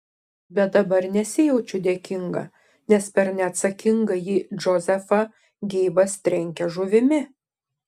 bet dabar nesijaučiu dėkinga nes per neatsakingąjį džozefą geibas trenkia žuvimi